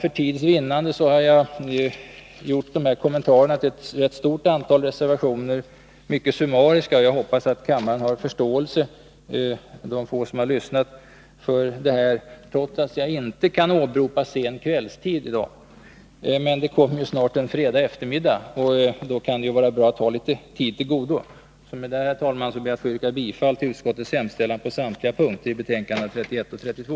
För tids vinnande har jag gjort dessa kommentarer till ett stort antal reservationer mycket summariska. Jag hoppas att kammarens ledamöter — de få som har lyssnat — har förståelse för detta, trots att jag inte kan åberopa sen kvällstid. Men det kommer snart en fredag eftermiddag, och då kan det vara bra att ha litet tid till godo. Med detta, herr talman, ber jag att få yrka bifall till utskottets hemställan på samtliga punkter i betänkandena 31 och 32.